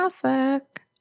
Classic